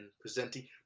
presenting